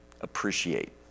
appreciate